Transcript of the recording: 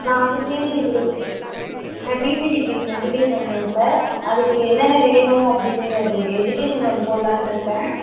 நான் வந்து PG degree நான் பிஜி டிகிரி கண்டின்யூ பண்ணனும் சார் அதுக்கு என்னென்ன வேணும் அப்படின்னு நீங்கள் எஜிகேஷன் லோன் போட்லான்யிருக்கேன்